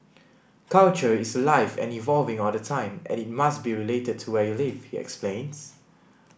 culture is alive and evolving all the time and it must be related to where you live he explains